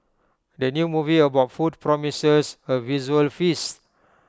the new movie about food promises A visual feast